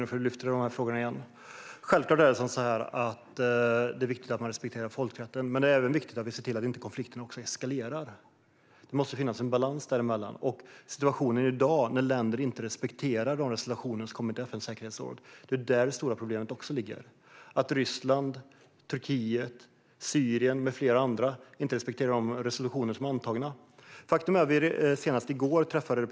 Fru talman! Det är givetvis viktigt att respektera folkrätten. Men det är också viktigt att se till att konflikten inte eskalerar. Det måste finnas en balans däremellan. Att länder som Ryssland, Turkiet, Syrien med flera inte respekterar de resolutioner som har antagits i FN:s säkerhetsråd är ett stort problem.